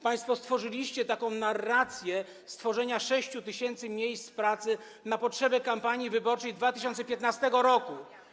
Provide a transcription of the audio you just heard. Państwo stworzyliście taką narrację dotyczącą utworzenia 6 tys. miejsc pracy na potrzebę kampanii wyborczej 2015 r.